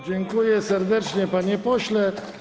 Dziękuję serdecznie, panie pośle.